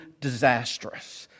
disastrous